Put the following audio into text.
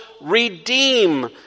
redeem